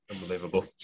Unbelievable